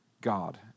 God